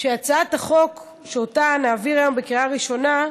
שהצעת החוק שאותה נעביר היום בקריאה ראשונה,